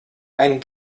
ein